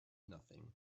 nothing